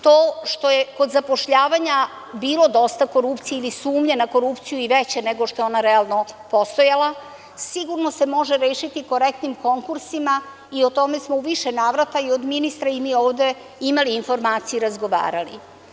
To što je kod zapošljavanja bilo dosta korupcije ili sumnje na korupciju i veće nego što je ona realno postojala, sigurno se može rešiti korektnim konkursima i o tome smo u više navrata i od ministra i mi ovde imali informacije i razgovarali.